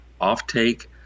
offtake